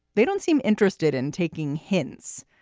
they don't seem interested in taking hints.